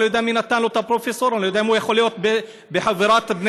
זה פרופסור, אני לא יודע מי נתן לו את הפרופסור.